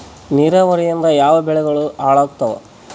ನಿರಾವರಿಯಿಂದ ಯಾವ ಬೆಳೆಗಳು ಹಾಳಾತ್ತಾವ?